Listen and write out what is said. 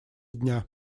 дня